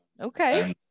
Okay